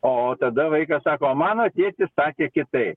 o tada vaikas sako o mano tėtis sakė kitaip